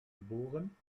geboren